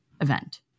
event